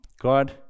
God